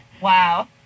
Wow